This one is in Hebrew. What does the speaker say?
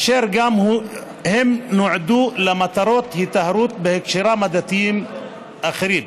אשר גם הם נועדו למטרות היטהרות בהקשרים דתיים אחרים.